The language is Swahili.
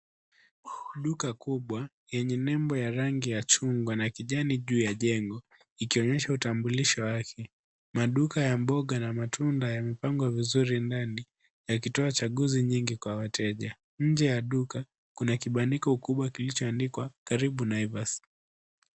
Duka kubwa yenye nembo ya rangi ya chungwa chungwa na kijani juu ya jengo ikionyesha utambulisho wake. Maduka yana mboga na matunda yamepangwa vizuri ndani yakitoa chaguzi nyingi kwa wateja. Nje ya duka kuna kibandiko kubwa kilichoandikwa karibu Naivas.